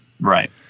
Right